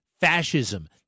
fascism